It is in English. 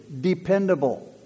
dependable